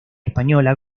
española